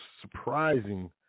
surprising